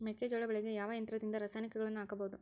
ಮೆಕ್ಕೆಜೋಳ ಬೆಳೆಗೆ ಯಾವ ಯಂತ್ರದಿಂದ ರಾಸಾಯನಿಕಗಳನ್ನು ಹಾಕಬಹುದು?